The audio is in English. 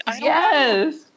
yes